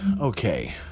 Okay